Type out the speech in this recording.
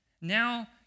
Now